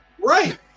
Right